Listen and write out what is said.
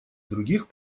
других